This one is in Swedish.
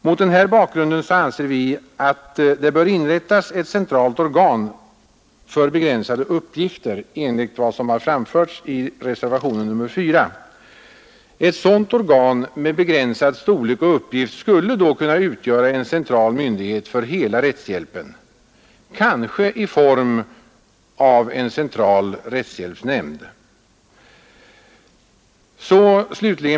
Mot denna bakgrund anser vi att det bör inrättas ett centralt organ för begränsade uppgifter enligt vad som har framförts i reservationen 4. Ett sådant organ med begränsad storlek och uppgift skulle då kunna utgöra en central myndighet för hela rättshjälpen, kanske i form av en central rättshjälpsnämnd.